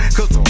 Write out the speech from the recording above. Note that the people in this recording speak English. Cause